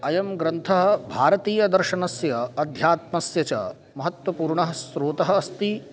अयं ग्रन्थः भारतीयदर्शनस्य आध्यात्मस्य च महत्त्वपूर्णं स्रोतः अस्ति